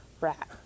rat